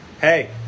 hey